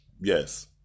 Yes